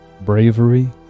bravery